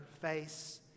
face